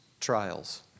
trials